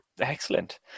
Excellent